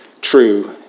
true